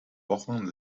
wochen